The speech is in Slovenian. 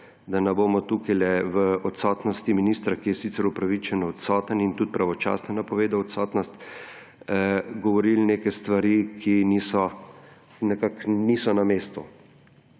da ne bomo tukajle v odsotnosti ministra, ki je sicer upravičeno odsoten in tudi pravočasno je napovedal odsotnost, govorili neke stvari, ki nekako niso na mestu.